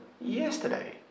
yesterday